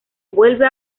vuelve